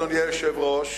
אדוני היושב-ראש,